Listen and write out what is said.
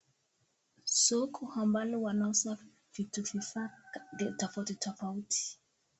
Soko ambalo wanauza vitu vifaa khadi tofauti tofauti ...